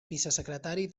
vicesecretari